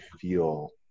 feel